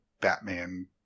Batman